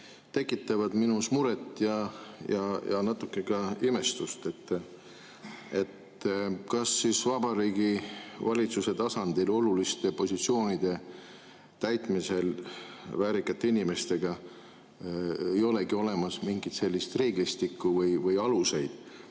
tekitavad minus muret ja natuke ka imestust. Kas siis Vabariigi Valitsuse tasandil oluliste positsioonide täitmisel väärikate inimestega ei olegi olemas mingit reeglistikku või mingeid